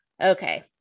Okay